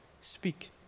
speak